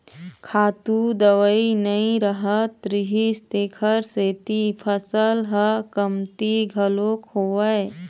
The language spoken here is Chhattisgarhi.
खातू दवई नइ रहत रिहिस तेखर सेती फसल ह कमती घलोक होवय